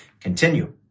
Continue